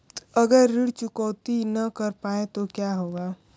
अगर ऋण चुकौती न कर पाए तो क्या होगा?